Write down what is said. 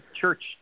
church